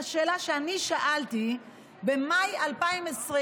השאלה שאני שאלתי במאי 2020,